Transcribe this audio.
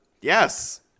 Yes